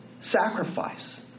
sacrifice